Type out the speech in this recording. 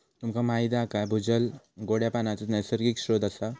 तुमका माहीत हा काय भूजल गोड्या पानाचो नैसर्गिक स्त्रोत असा